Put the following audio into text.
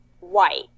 white